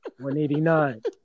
189